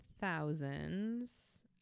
thousands